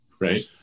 Right